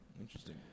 Interesting